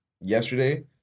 yesterday